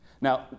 Now